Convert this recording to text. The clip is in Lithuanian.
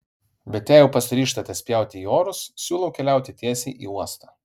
bet jei jau pasiryžtate spjauti į orus siūlau keliauti tiesiai į uostą